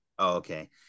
Okay